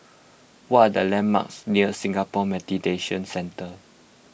what are the landmarks near Singapore Mediation Centre